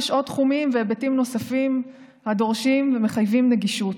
יש עוד תחומים והיבטים נוספים הדורשים ומחייבים נגישות.